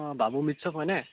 অঁ বাবু মিট শ্বপ হয়নে